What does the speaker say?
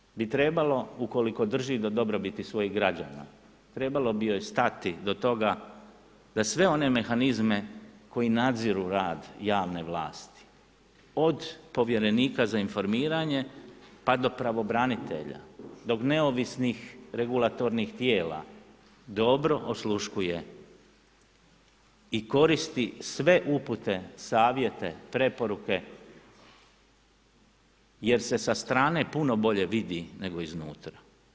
Svakoj vladi bi trebalo ukoliko drži do dobrobiti svojih građana, trebalo bi joj stati do toga da sve one mehanizme koji nadziru rad javne vlasti od povjerenika za informiranje pa do pravobranitelja do neovisnih regulatornih tijela, dobro osluškuje i koristi sve upute, savjete, preporuke jer se sa strane puno bolje vidi nego iznutra.